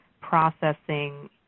processing